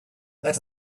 that